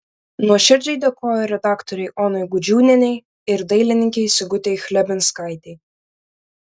nuoširdžiai dėkoju redaktorei onai gudžiūnienei ir dailininkei sigutei chlebinskaitei